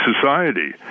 society